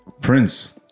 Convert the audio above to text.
Prince